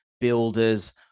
builders